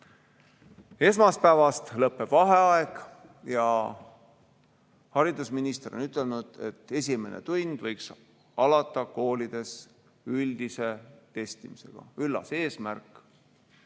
Esmaspäevast lõpeb vaheaeg ja haridusminister on ütelnud, et esimene tund võiks alata koolides üldise testimisega. Üllas eesmärk.